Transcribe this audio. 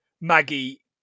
Maggie